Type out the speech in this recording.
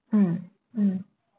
mm mm